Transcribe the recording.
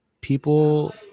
people